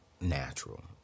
natural